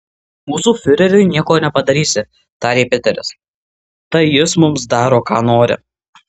mūsų fiureriui nieko nepadarysi tarė peteris tai jis mums daro ką nori